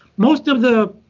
most of the